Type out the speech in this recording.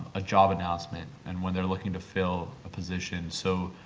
a job announcement, and when they are looking to fill positions. so,